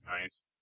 nice